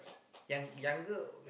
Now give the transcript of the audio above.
young younger or